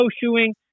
snowshoeing